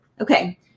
Okay